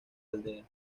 aldea